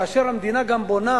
כאשר גם המדינה בונה,